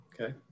Okay